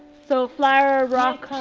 so flowers